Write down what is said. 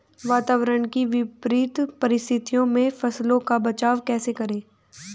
वातावरण की विपरीत परिस्थितियों में फसलों का बचाव कैसे करें?